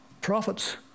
Prophets